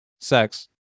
sex